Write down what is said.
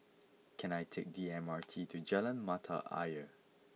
can I take the M R T to Jalan Mata Ayer